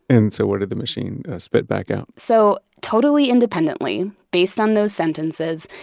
and so what did the machine spit back out? so totally independently based on those sentences.